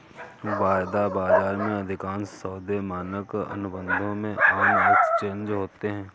वायदा बाजार में, अधिकांश सौदे मानक अनुबंधों में ऑन एक्सचेंज होते हैं